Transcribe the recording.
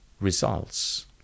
results